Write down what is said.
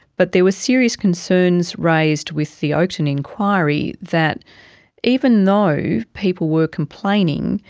but there were serious concerns raised with the oakden enquiry that even though people were complaining,